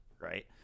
Right